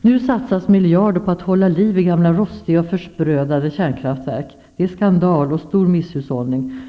Nu satsas miljarder på att hålla liv i gamla rostiga och försprödade kärnkraftverk. Det är skandal och stor misshushållning.